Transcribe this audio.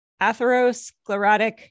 atherosclerotic